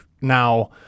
now